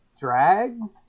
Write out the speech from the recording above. drags